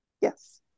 Yes